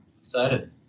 Excited